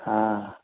हा